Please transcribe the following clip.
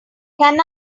can